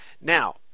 Now